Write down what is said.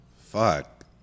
fuck